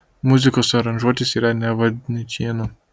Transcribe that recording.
muzikos aranžuotės yra navadničėno